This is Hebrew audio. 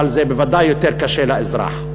אבל זה בוודאי יותר קשה לאזרח,